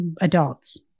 adults